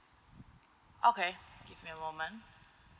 okay give me a moment